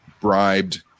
bribed